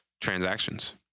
transactions